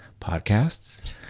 podcasts